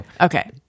Okay